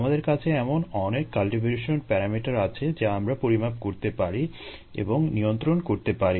আমাদের কাছে এমন অনেক কাল্টিভেশন প্যারামিটার আছে যা আমরা পরিমাপ করতে পারি এবং নিয়ন্ত্রণ করতে পারি